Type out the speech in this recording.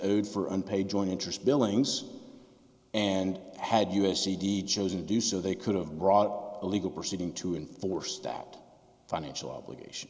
owed for unpaid joint interest billings and had us cd chosen to do so they could have brought a legal proceeding to enforce that financial obligation